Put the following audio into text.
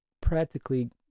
practically